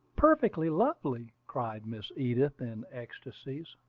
perfectly lovely! cried miss edith in ecstasies.